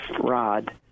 rod